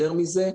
יותר מזה,